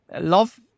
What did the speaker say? love